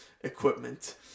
equipment